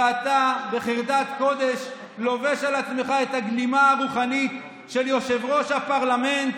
ואתה בחרדת קודש לובש על עצמך את הגלימה הרוחנית של יושב-ראש הפרלמנט,